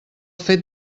fet